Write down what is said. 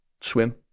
swim